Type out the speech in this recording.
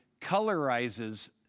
colorizes